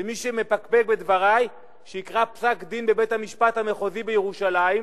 ומי שמפקפק בדברי שיקרא פסק-דין של בית-המשפט המחוזי בירושלים,